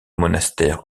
monastère